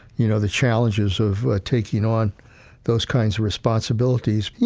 you know, the challenges of taking on those kinds of responsibilities. you